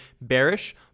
bearish